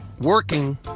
working